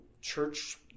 church